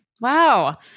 Wow